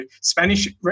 Spanish